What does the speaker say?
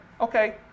okay